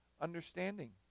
understanding